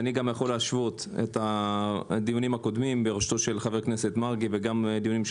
יכול להשוות את הדיונים הקודמים בראשותו של חבר הכנסת מרגי ושלך.